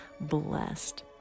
blessed